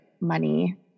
money